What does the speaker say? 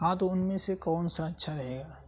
ہاں تو ان میں سے کون سا اچھا رہے گا